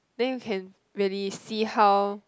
then you can really see how